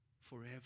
forever